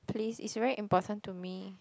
please is very important to me